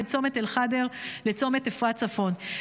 בין צומת אל ח'דר לצומת אפרת צפון,